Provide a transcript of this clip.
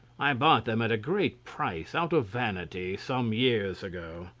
i bought them at a great price, out of vanity, some years ago.